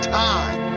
time